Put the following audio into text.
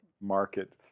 market